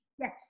Yes